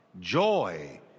joy